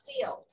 field